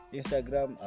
Instagram